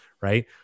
right